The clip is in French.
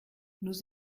nous